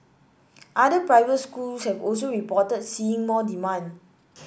other private schools have also reported seeing more demand